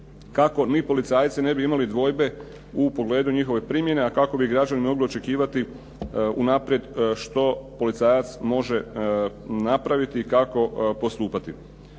kako ni policajci ne bi imali dvojbe u pogledu njihove primjene, a kako bi građani mogli očekivati unaprijed što policajac može napraviti i kako postupati.